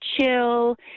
chill